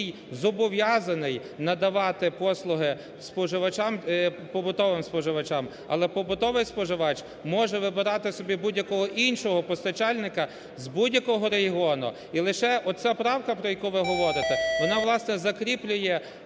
який зобов'язаний надавати послуги споживачам, побутовим споживачам. Але побутовий споживач може вибирати собі будь-якого іншого постачальника з будь-якого регіону. І лише оця правка, про яку ви говорите, вона, власне, закріплює